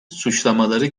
suçlamaları